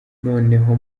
noneho